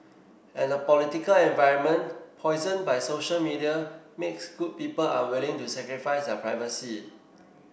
and the political environment poisoned by social media makes good people unwilling to sacrifice their privacy